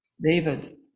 David